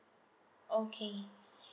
okay